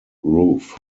roof